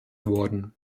worden